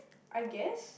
I guess